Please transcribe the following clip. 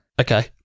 Okay